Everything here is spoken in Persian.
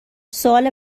سوال